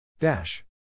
Dash